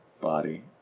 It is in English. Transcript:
body